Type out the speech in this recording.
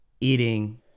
eating